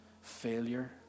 failure